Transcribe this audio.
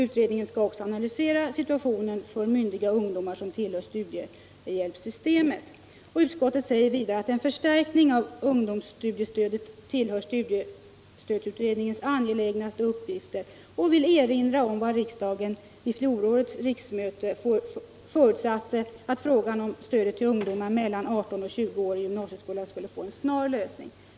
Utredningen skall särskilt analysera situationen för myndiga ungdomar som tillhör studiehjälpssystemet.” Utskottet säger vidare att ”en förstärkning av ungdomsstudiestödet tillhör studiestödsutredningens angelägnaste uppgifter”, och utskottet ”vill erinra om att riksdagen vid fjolårets riksmöte ——— förutsatte att frågan om stödet till ungdomar mellan 18 och 20 år i gymnasieskolan skulle få en snar lösning”.